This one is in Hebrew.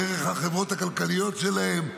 דרך החברות הכלכליות שלהן,